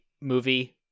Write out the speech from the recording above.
movie